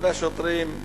והשוטרים,